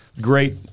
great